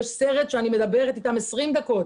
יש סרט שאני מדברת אתם 20 דקות